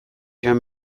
joan